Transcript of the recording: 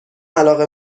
علاقه